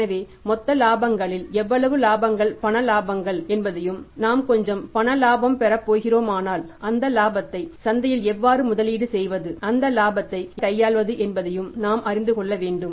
எனவே மொத்த இலாபங்களில் எவ்வளவு இலாபங்கள் பண இலாபங்கள் என்பதையும் நாம் கொஞ்சம் பண இலாபம் பெறப் போகிறோமானால் அந்த லாபத்தை சந்தையில் எவ்வாறு முதலீடு செய்வது அந்த லாபத்தை எவ்வாறு திறம்பட கையாள்வது என்பதையும் நாம் அறிந்து கொள்ள வேண்டும்